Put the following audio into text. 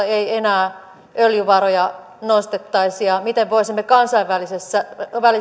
ei enää öljyvaroja nostettaisi ja miten voisimme kansainvälisissä